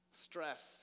stress